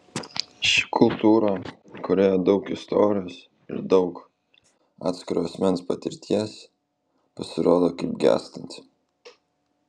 ši kultūra kurioje daug istorijos ir daug atskiro asmens patirties pasirodo kaip gęstanti